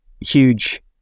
huge